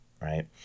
right